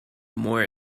more